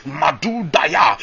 madudaya